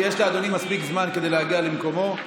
יש לאדוני מספיק זמן כדי להגיע למקומו.